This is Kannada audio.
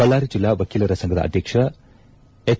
ಬಳ್ಳಾರಿ ಜಿಲ್ಲಾ ವಕೀಲರ ಸಂಘದ ಅಧ್ಯಕ್ಷ ಎಚ್